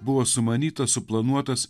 buvo sumanytas suplanuotas